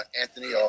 Anthony